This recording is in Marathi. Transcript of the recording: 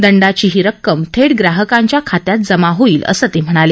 दंडाची ही रक्कम थेट ग्राहकांच्या खात्यात जमा होईल असंही ते म्हणाले